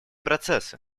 процессы